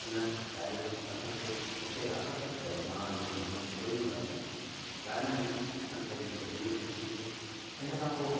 हुन पहले न असांखे मूंखे आकर्षित कयो मां ऐं मुंहिंजो दोस्त ॿई हूंदा हुआसीं ॻाइण में असां बि पंहिंजी अभिरूचि रखीसीं हिन खां पोइ